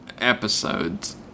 episodes